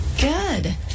Good